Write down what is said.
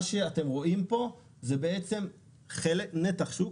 מה שאתם רואים פה זה נתח שוק,